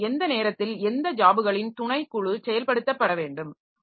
எனவே எந்த நேரத்தில் எந்த ஜாப்களின் துணைக்குழு செயல்படுத்தப்பட வேண்டும்